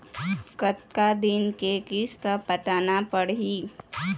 कतका दिन के किस्त पटाना पड़ही?